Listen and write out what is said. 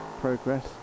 progress